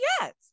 yes